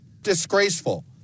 disgraceful